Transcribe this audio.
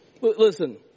Listen